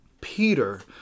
Peter